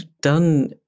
done